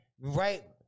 Right